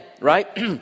right